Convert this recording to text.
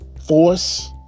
force